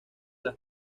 las